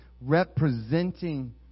representing